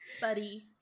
buddy